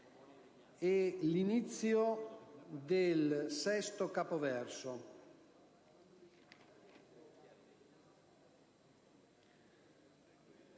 l'inizio del sesto capoverso